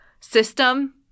system